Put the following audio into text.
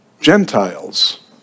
Gentiles